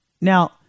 now